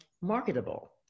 marketable